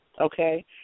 okay